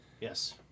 Yes